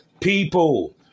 people